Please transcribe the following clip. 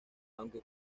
aunque